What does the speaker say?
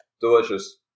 Delicious